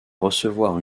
recevoir